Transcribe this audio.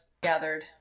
gathered